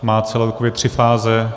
Má celkově tři fáze.